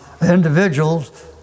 individuals